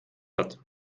hat